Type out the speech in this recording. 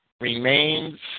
remains